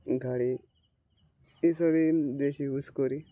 ঘড়ি এইসবই বেশি ইউজ করি